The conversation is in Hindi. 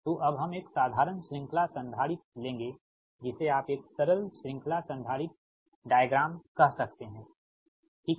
तो अब हम एक साधारण श्रृंखला संधारित्र लेंगे जिसे आप एक सरल श्रृंखला संधारित्र डायग्राम कह सकते हैठीक है